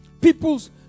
People's